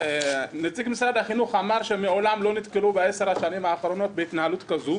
נציג משרד החינוך אמר שהם לא נתקלו בעשר השנים האחרונות בהתנהלות כזו